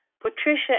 Patricia